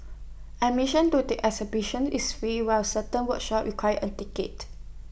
admission to the exhibition is free while certain workshops require A ticket